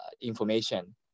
information